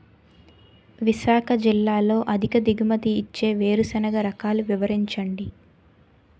విశాఖ జిల్లాలో అధిక దిగుమతి ఇచ్చే వేరుసెనగ రకాలు వివరించండి?